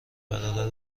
برادر